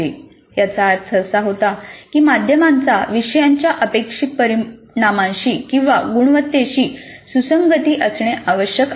याचा अर्थ असा होतो की माध्यमांची विषयांच्या अपेक्षित परिणामांशी किंवा गुणवत्तेशी सुसंगती असणे आवश्यक आहे